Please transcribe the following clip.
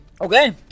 Okay